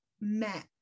met